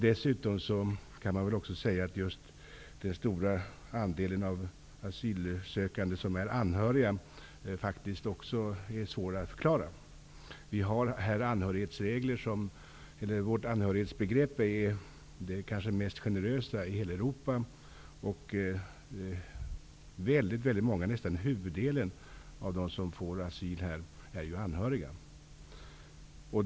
Dessutom kan man väl säga att den stora andel asylsökande som är anhöriga faktiskt också är svår att definiera. Vårt anhörighetsbegrepp är kanske det mest generösa i hela Europa och väldigt många -- nästan huvuddelen -- av dem som får asyl här är anhöriga.